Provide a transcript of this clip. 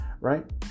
right